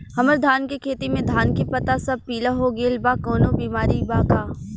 हमर धान के खेती में धान के पता सब पीला हो गेल बा कवनों बिमारी बा का?